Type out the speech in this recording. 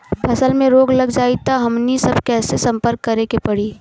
फसल में रोग लग जाई त हमनी सब कैसे संपर्क करें के पड़ी?